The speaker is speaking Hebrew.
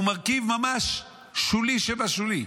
הוא מרכיב ממש שולי שבשולי.